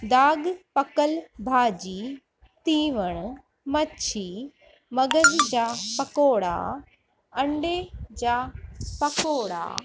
दाॻ पकल भाॼी तीवण मछी मगज़ जा पकोड़ा अंडे जा पकोड़ा